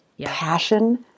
passion